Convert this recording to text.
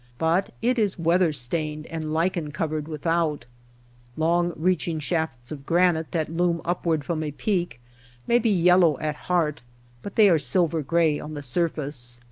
but it is weather-stained and lichen-covered without long-reaching shafts of granite that loom upward from a peak may be yellow at heart but they are silver-gray on the surface.